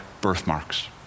birthmarks